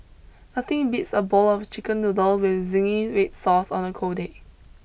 but digital apply applications within the heritage community need not always be linked to modernity